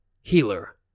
healer